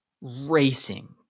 racing